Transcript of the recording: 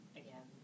again